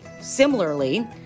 Similarly